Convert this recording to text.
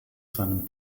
seinem